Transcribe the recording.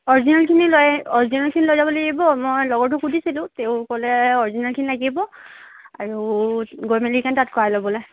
অৰ্জিনেলখিনি লৈ অৰ্জিনেলখিনি লৈ যাব লাগিব মই লগৰটোক সুধিছিলোঁ তেওঁ ক'লে অৰ্জিনেলখিনি লাগিব আৰু গৈ মেলিকেনে তাত কৰাই ল'বলৈ